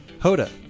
Hoda